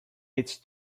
its